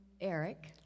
Eric